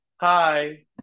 hi